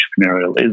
entrepreneurialism